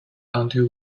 until